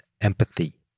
empathy